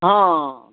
हँ